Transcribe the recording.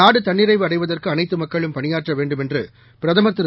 நாடுதன்னிறைவுஅடைவதற்குஅனைத்துமக்களும்பணியா ற்றவேண்டுமென்றுபிரதமர்திரு